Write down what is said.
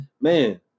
man